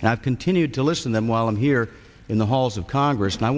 and i've continued to listen them while i'm here in the halls of congress and i